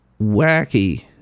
wacky